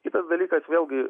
kitas dalykas vėlgi